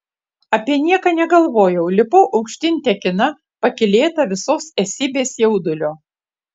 apie nieką negalvojau lipau aukštyn tekina pakylėta visos esybės jaudulio